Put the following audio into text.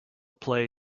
play